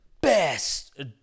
best